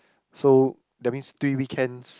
so that means three weekends